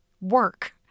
work